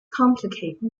complicate